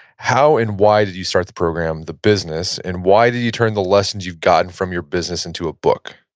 how and why did you start the program, the business, and why did you turn the lessons you've gotten from your business into a book?